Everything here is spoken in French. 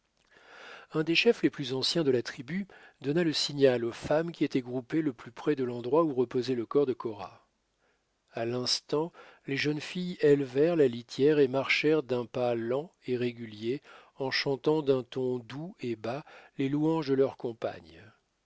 un des chefs les plus anciens de la tribu donna le signal aux femmes qui étaient groupées le plus près de l'endroit où reposait le corps de cora à l'instant les jeunes filles élevèrent la litière et marchèrent d'un pas lent et régulier en chantant d'un ton doux et bas les louanges de leur compagne